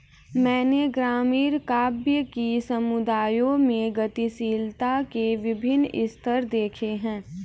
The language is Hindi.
मैंने ग्रामीण काव्य कि समुदायों में गतिशीलता के विभिन्न स्तर देखे हैं